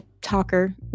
talker